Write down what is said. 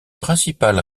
principales